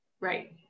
Right